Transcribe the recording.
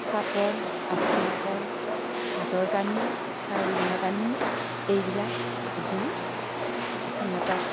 চাপৰ আঠিয়া কল ভাতৰ পানী চাউল ধোৱা পানী এইবিলাক দি সিহঁতক